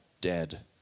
dead